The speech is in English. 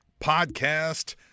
podcast